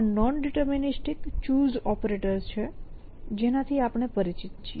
આ nondeterministic CHOOSE operators છે જેનાથી આપણે પરિચિત છીએ